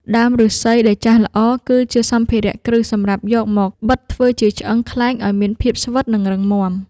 ដើមឫស្សីដែលចាស់ល្អ គឺជាសម្ភារៈគ្រឹះសម្រាប់យកមកបិតធ្វើជាឆ្អឹងខ្លែងឱ្យមានភាពស្វិត និងរឹងមាំ។